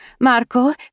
Marco